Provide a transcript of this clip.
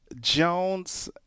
Jones